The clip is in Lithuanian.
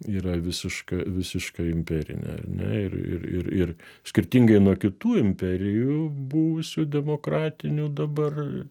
yra visiška visiška imperinė ar ne ir ir ir skirtingai nuo kitų imperijų buvusių demokratinių dabar